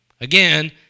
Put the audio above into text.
Again